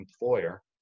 employer